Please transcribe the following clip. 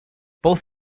both